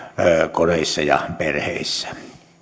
kodeissa ja perheissä